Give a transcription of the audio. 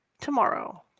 tomorrow